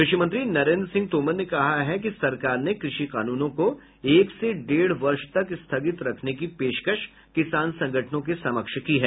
कृषि मंत्री नरेन्द्र सिंह तोमर ने कहा है कि सरकार ने कृषि कानूनों को एक से डेढ वर्ष तक स्थगित रखने की पेशकश किसान संगठनों के समक्ष की है